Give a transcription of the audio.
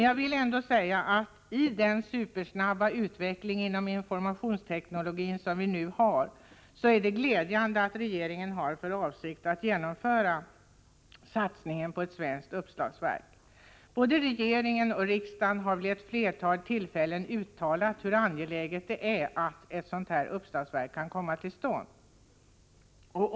Jag vill ändå säga att det i den supersnabba utveckling inom informationsteknologin som vi nu upplever är glädjande att regeringen har för avsikt att genomföra satsningen på ett svenskt uppslagsverk. Både regering och riksdag har vid ett flertal tillfällen uttalat hur angeläget det är att ett sådant här uppslagsverk kan komma till stånd.